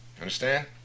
Understand